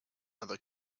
other